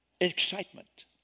excitement